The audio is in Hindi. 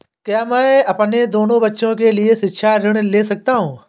क्या मैं अपने दोनों बच्चों के लिए शिक्षा ऋण ले सकता हूँ?